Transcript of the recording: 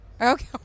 Okay